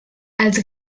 els